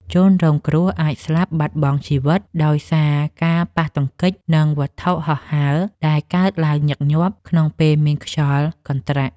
ជនរងគ្រោះអាចស្លាប់បាត់បង់ជីវិតដោយសារការប៉ះទង្គិចនឹងវត្ថុហោះហើរដែលកើតឡើងញឹកញាប់ក្នុងពេលមានខ្យល់កន្ត្រាក់។